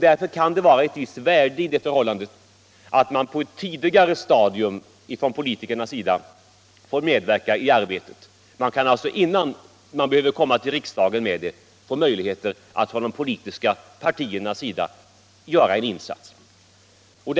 Därför kan det vara av värde att politikerna på ett tidigare stadium får medverka i arbetet. De politiska partierna kan alltså få möjligheter att göra en insats innan det hela kommer så långt som till riksdagen.